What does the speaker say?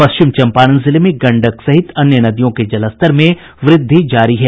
पश्चिम चम्पारण जिले में गंडक सहित अन्य नदियों के जलस्तर में वृद्धि जारी है